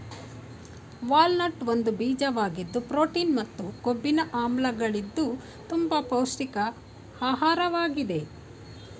walnut ಒಂದು ಬೀಜವಾಗಿದ್ದು protein ಮತ್ತು ಕೊಬ್ಬಿನ ಆಮ್ಲಗಳಿದ್ದು ತುಂಬ ಪೌಷ್ಟಿಕ ಆಹಾರ್ವಾಗಿದೆ